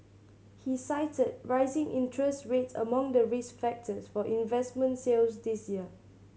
he cited rising interest rates among the risk factors for investment sales this year